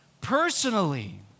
personally